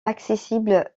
accessible